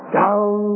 down